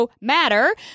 matter